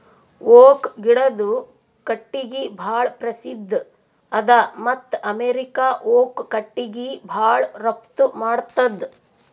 oak ಗಿಡದು ಕಟ್ಟಿಗಿ ಭಾಳ್ ಪ್ರಸಿದ್ಧ ಅದ ಮತ್ತ್ ಅಮೇರಿಕಾ ಓಕ್ ಕಟ್ಟಿಗಿ ಭಾಳ್ ರಫ್ತು ಮಾಡ್ತದ್